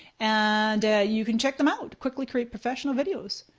and you can check them out, quickly create professional videos.